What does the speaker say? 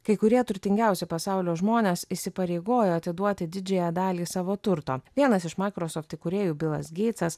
kai kurie turtingiausi pasaulio žmonės įsipareigojo atiduoti didžiąją dalį savo turto vienas iš microsoft įkūrėjų bilas geitsas